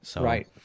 Right